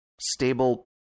stable